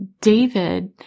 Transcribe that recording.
David –